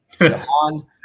On